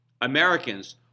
Americans